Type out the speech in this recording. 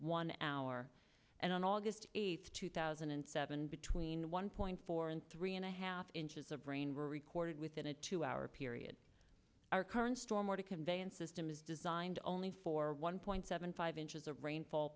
one hour and on august eighth two thousand and seven between one point four and three and a half inches of rain were recorded within a two hour period our current storm were to convey an system is designed only for one point seven five inches of rainfa